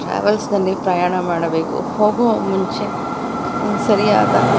ಟ್ರಾವೆಲ್ಸ್ನಲ್ಲಿ ಪ್ರಯಾಣ ಮಾಡಬೇಕು ಹೋಗುವ ಮುಂಚೆ ಕ್ ಸರಿಯಾದ